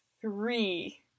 three